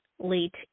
late